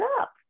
up